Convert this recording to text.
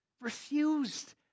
Refused